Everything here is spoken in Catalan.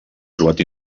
trobat